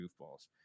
goofballs